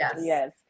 yes